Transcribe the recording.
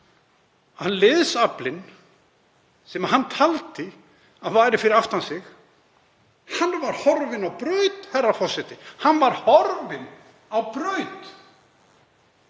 að liðsaflinn sem hann taldi að væri fyrir aftan sig var horfinn á braut, herra forseti. Hann var horfinn á braut.